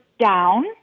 down